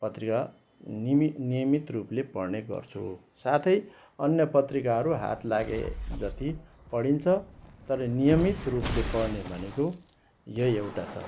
पत्रिका निम नियमित रूपले पढ्ने गर्छु साथै अन्य पत्रिकाहरू हात लागे जति पढिन्छ तर नियमित रूपले पढ्ने भनेको यही एउटा छ